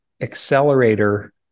accelerator